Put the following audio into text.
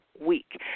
Week